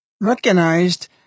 recognized